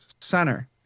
center